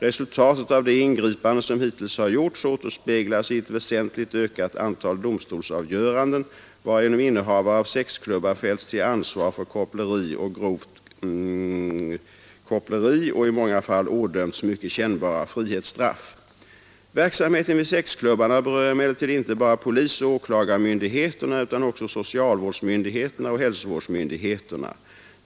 Resultatet av de ingripanden som hittills har gjorts återspeglas i ett väsentligt ökat antal domstolsavgöranden varigenom innehavare av sexklubbar fällts till ansvar för koppleri eller grovt koppleri och i många fall ådömts mycket kännbara frihetsstraff. Verksamheten vid sexklubbarna berör emellertid inte bara polisoch åklagarmyndigheterna utan också socialvårdsmyndigheterna och hälsovårdsmyndigheterna.